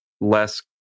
less